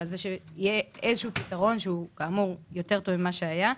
ועל כך שיהיה איזשהו פתרון שהוא יותר טוב ממה שהיה.